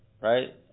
right